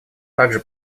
также